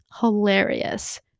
hilarious